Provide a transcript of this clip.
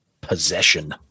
possession